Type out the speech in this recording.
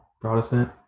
Protestant